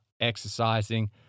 exercising